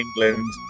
England